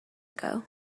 ago